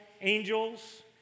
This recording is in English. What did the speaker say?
angels